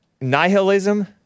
Nihilism